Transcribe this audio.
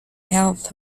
health